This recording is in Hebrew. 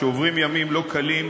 שעוברים ימים לא קלים,